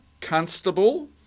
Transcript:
constable